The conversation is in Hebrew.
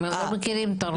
הם לא מכירים את הרופאים.